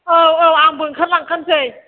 औ औ आंबो ओंखारलांखानोसै